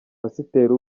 pasiteri